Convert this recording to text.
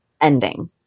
ending